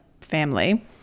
family